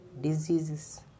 diseases